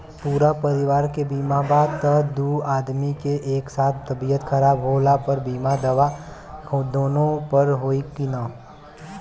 पूरा परिवार के बीमा बा त दु आदमी के एक साथ तबीयत खराब होला पर बीमा दावा दोनों पर होई की न?